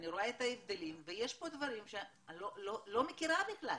אני רואה את ההבדלים ויש פה דברים שאני לא מכירה בכלל.